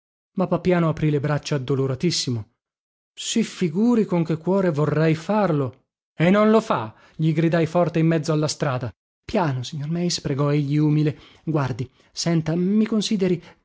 ma papiano aprì le braccia addoloratissimo si figuri con che cuore vorrei farlo e non lo fa gli gridai forte in mezzo alla strada piano signor meis pregò egli umile guardi senta mi consideri